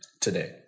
today